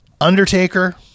Undertaker